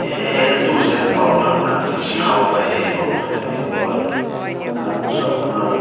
A to Z পাব তাৰমানে আপুনি যি খাব পাৰে সেয়ে পাব তাতে এনেকুৱা আৰু তাৰপিছত আপোনাৰ